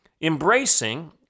embracing